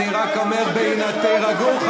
תירגעו,